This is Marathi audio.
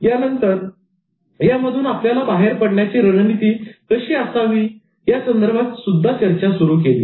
यानंतर यामधून आपल्याला बाहेर पडण्याची रणनीती कशी असावी यासंदर्भात चर्चा सुरू केली